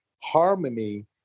harmony